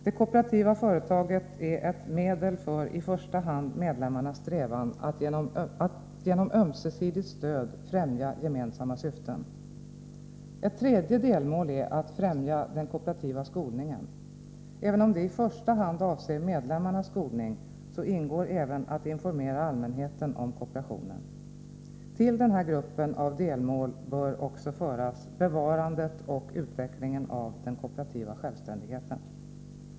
Det kooperativa företaget är ett medel för i första hand medlemmarnas strävan att genom ömsesidigt stöd främja gemensamma syften. Ett tredje delmål är att främja den kooperativa skolningen. Även om det i första hand avser medlemmarnas skolning, ingår även att informera allmänheten om kooperationen. Till den här gruppen av delmål bör också föras bevarandet och utvecklingen av den kooperativa självständigheten.